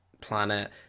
planet